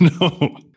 No